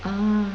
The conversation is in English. ah